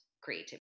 creativity